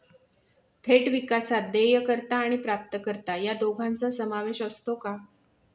थेट विकासात देयकर्ता आणि प्राप्तकर्ता या दोघांचा समावेश असतो का?